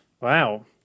Wow